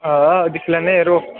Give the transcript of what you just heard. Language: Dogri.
हां दिक्खी लैन्ने यरो